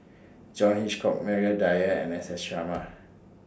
John Hitchcock Maria Dyer and S S Sarma